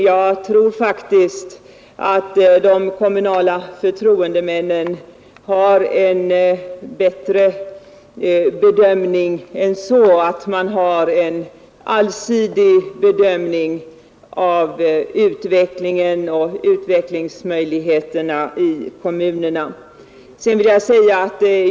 Jag tror att de kommunala förtroendemännen har en bättre grund än så för sina ställningstaganden och gör en allsidig bedömning av utvecklingen och utvecklingsmöjligheterna i kommunerna.